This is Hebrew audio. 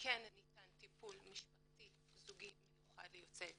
כן ניתן טיפול משפחתי זוגי מיוחד ליוצאי אתיופיה.